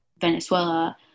Venezuela